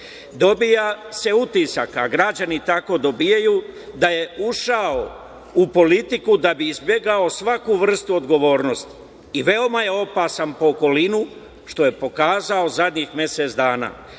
Dobija se utisak, a građani tako dobijaju da je u ušao u politiku da bi izbegao svaku vrstu odgovornosti i veoma je opasan po okolinu, što je pokazao zadnjih mesec dana. Javne